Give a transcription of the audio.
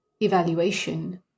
evaluation